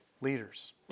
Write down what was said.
Leaders